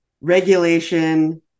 regulation